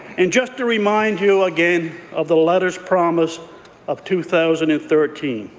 and just to remind you again of the letters' promise of two thousand and thirteen,